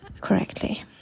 correctly